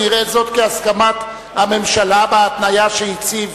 אראה זאת כהסכמת הממשלה בהתניה שהציב,